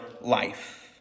life